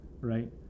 right